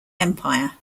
empire